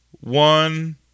one